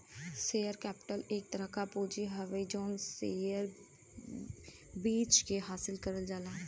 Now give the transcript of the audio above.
share capital एक तरह क पूंजी हउवे जौन शेयर बेचके हासिल करल जाला